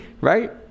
Right